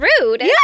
rude